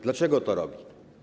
Dlaczego to robi?